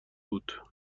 بود